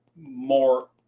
more